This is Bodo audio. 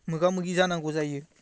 मोगा मोगि जानांगौ जायो